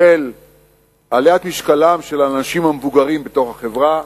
עליית משקלם של אנשים מבוגרים בתוך החברה,